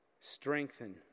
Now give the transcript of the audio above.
Strengthen